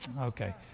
Okay